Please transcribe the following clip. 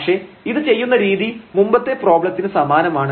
പക്ഷേ ഇത് ചെയ്യുന്ന രീതി മുമ്പത്തെ പ്രശ്നത്തിന് സമാനമാണ്